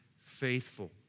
Faithful